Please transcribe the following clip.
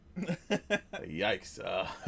Yikes